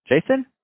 Jason